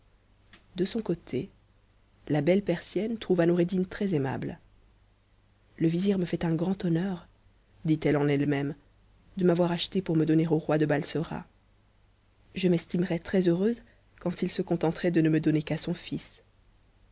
de son côté la belle persienne trouva noureddin très-aimable le vizir me fait un grand honneur dit-elle en elle-même de m'avoir achetée pour me donner au roi de balsora je m'estimerais très-heureuse quand il se contenterait de ne me donner qu'à son sis